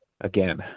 again